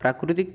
प्राकृतिक